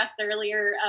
earlier